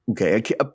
Okay